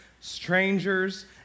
strangers